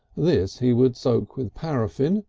this he would soak with paraffine,